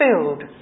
filled